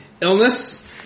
illness